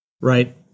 Right